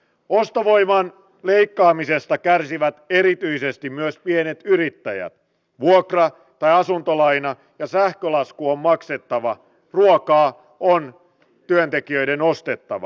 ostovoiman leikkaamisesta kärsivät erityisesti myös pienet yrittäjät vuokra tai asuntolaina tai sähkölasku on maksettava ruokaa on työntekijöiden ostettava